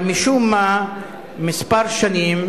אבל משום מה עברו כמה שנים,